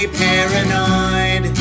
paranoid